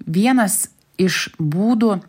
vienas iš būdų